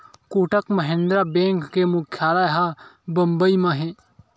Kotak Mahindra bank के मुख्यालय ह बंबई म हे